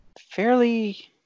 fairly